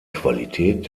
qualität